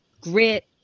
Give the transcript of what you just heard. grit